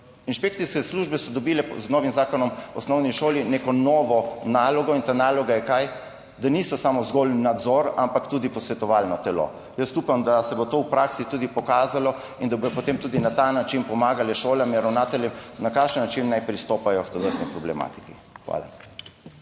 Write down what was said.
inšpekcijske službe so dobile z novim zakonom o osnovni šoli neko novo nalogo in ta naloga je – kaj? Da niso samo zgolj nadzor, ampak tudi posvetovalno telo. Jaz upam, da se bo to v praksi tudi pokazalo in da bodo potem tudi na ta način pomagale šolam in ravnateljem, na kakšen način naj pristopajo k tovrstni problematiki. Hvala.